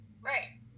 Right